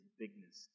bigness